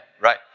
right